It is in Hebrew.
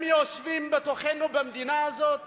הם יושבים בתוכנו במדינה הזאת